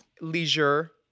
Leisure